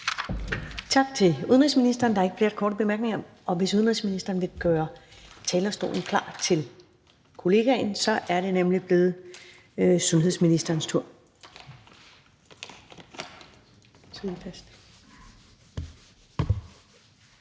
Tak til udenrigsministeren. Der er ikke flere korte bemærkninger. Og udenrigsministeren vil gøre talerstolen klar til kollegaen, for det er nemlig blevet sundhedsministerens tur.